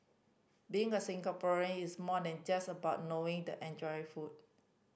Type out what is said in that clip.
being a Singaporean is more than just about knowing the enjoying food